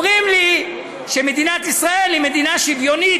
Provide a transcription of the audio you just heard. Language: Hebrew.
אומרים לי שמדינת ישראל היא מדינה שוויונית,